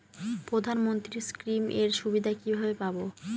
প্রধানমন্ত্রী স্কীম এর সুবিধা কিভাবে পাবো?